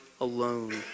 alone